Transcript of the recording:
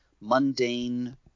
mundane